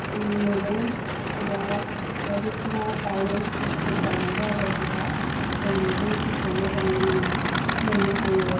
मैगं एबा बायदिसिना गायनाय बुस्थुफोरखौ गायनांगौ आरो होमबा जों मैगंफोरखौ मोजाङै मोन मोननो हायो